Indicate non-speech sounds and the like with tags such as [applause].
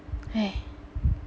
[breath]